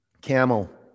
Camel